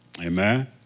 Amen